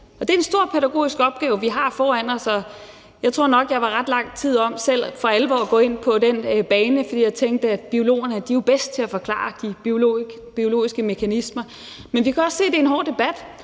Det er en stor pædagogisk opgave, vi har foran os, og jeg tror nok, at jeg var ret lang tid om selv for alvor at gå ind på den bane, fordi jeg tænkte, at biologerne jo er bedst til at forklare de biologiske mekanismer. Men vi kan også se, at det er en hård debat,